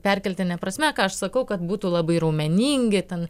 perkeltine prasme ką aš sakau kad būtų labai raumeningi ten